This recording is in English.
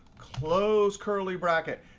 close curly bracket.